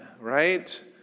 right